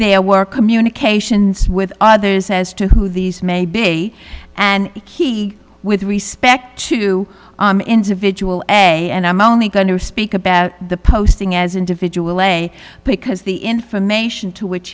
thier work communications with others as to who these may be and he with respect to an individual a and i'm only going to speak about the posting as individual way because the information to which